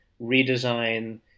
redesign